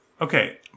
Okay